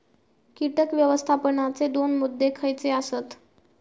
कीटक व्यवस्थापनाचे दोन मुद्दे खयचे आसत?